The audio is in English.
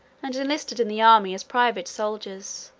and enlisted in the army as private soldiers.